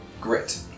Grit